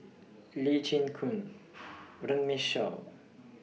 Lee Chin Koon Runme Shaw